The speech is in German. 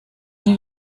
nie